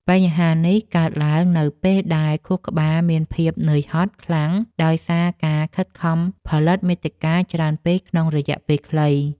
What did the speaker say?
បញ្ហានេះកើតឡើងនៅពេលដែលខួរក្បាលមានភាពនឿយហត់ខ្លាំង ដោយសារការខិតខំផលិតមាតិកាច្រើនពេកក្នុងរយៈពេលខ្លី។